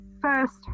first